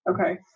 okay